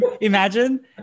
imagine